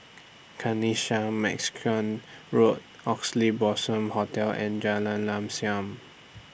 Kanisha Mexican Road Oxley Blossom Hotel and Jalan Lam SAM